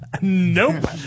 nope